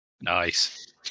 Nice